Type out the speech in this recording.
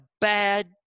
bad